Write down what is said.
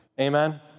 Amen